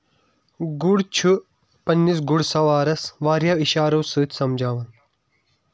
گُر چھُ پنٕنِس گر سَوارَسوس واریاہ اِشارو سۭتۍ سمجاوان